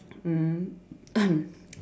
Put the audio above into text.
mmhmm